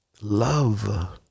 Love